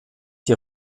die